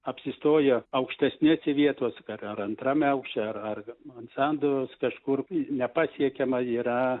apsistoja aukštesnėse vietose ten ar ar antrame aukšte ar ar mansardos kažkur į nepasiekiamą yra